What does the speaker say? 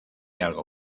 algo